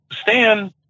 Stan